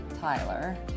Tyler